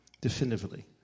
definitively